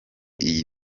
iyi